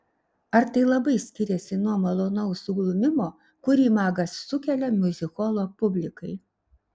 ar tai labai skiriasi nuo malonaus suglumimo kurį magas sukelia miuzikholo publikai